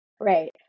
right